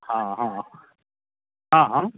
हँ हँ हँ हँ